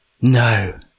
No